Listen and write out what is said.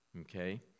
Okay